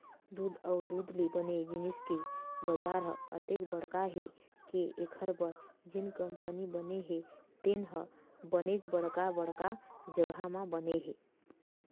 दूद अउ दूद ले बने जिनिस के बजार ह अतेक बड़का हे के एखर बर जेन कंपनी बने हे तेन ह बनेच बड़का बड़का जघा म बने हे